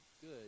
good